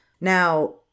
Now